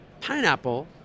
Pineapple